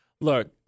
Look